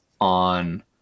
on